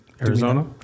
Arizona